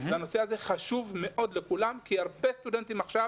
הנושא הזה חשוב מאוד לכולם כי הרבה סטודנטים עכשיו